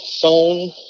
phone